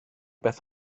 beth